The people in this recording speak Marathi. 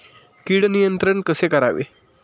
कीड नियंत्रण कसे करावे?